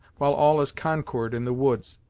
while all is concord in the woods.